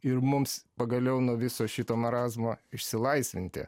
ir mums pagaliau nuo viso šito marazmo išsilaisvinti